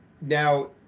Now